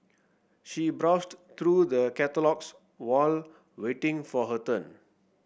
she browsed through the catalogues while waiting for her turn